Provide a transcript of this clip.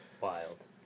Wild